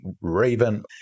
raven